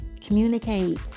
communicate